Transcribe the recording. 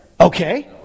Okay